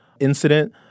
incident